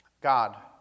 God